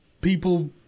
people